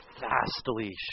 vastly